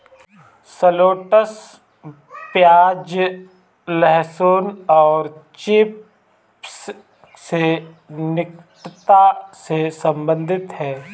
shallots प्याज, लहसुन और चिव्स से निकटता से संबंधित है